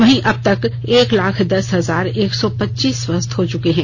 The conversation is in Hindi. वहीं अब तक एक लाख दस हजार एक सौ पच्चीस स्वस्थ हो चुके हैं